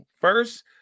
First